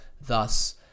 Thus